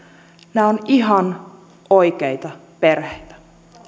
nämä ovat ihan oikeita perheitä